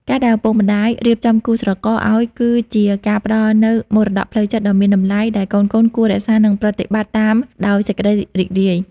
ការដែលឪពុកម្ដាយរៀបចំគូស្រករឱ្យ គឺជាការផ្ដល់នូវ "មរតកផ្លូវចិត្ត" ដ៏មានតម្លៃ ដែលកូនៗគួររក្សានិងប្រតិបត្តិតាមដោយសេចក្ដីរីករាយ។